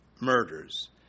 murders